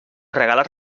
regalar